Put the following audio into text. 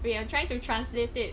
wait I'm trying to translate it